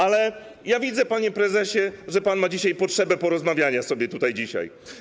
Ale widzę, panie prezesie, że pan ma potrzebę porozmawiania sobie tutaj dzisiaj.